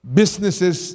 businesses